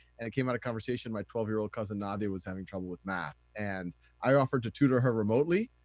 and it came out a conversation, my twelve year old cousin nadia was having trouble with math. and i offered to tutor her remotely.